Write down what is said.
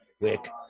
Wick